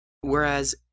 whereas